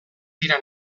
dira